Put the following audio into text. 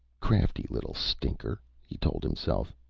crafty little stinker, he told himself.